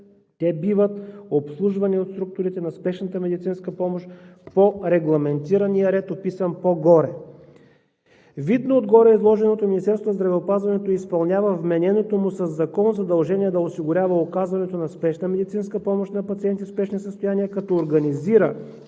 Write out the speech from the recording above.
те биват обслужвани от структурите за спешна медицинска помощ по регламентирания ред, описан по-горе. Видно от гореизложеното, Министерството на здравеопазването изпълнява вмененото му със закон задължение да осигурява оказването на спешна медицинска помощ на пациенти в спешни състояния, като организира